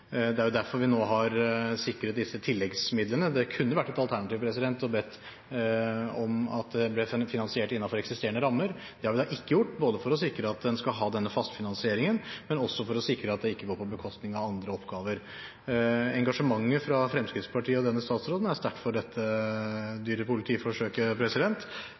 Det er jo derfor vi nå har sikret disse tilleggsmidlene. Det kunne vært et alternativ å be om at det ble finansiert innenfor eksisterende rammer. Det har vi ikke gjort, både for å sikre at en skal ha denne faste finansieringen, og også for å sikre at det ikke går på bekostning av andre oppgaver. Engasjementet fra Fremskrittspartiet og denne statsråden er sterkt for dette